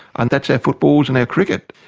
and that's our footballs and our cricket.